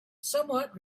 somewhat